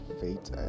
fate